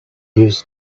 news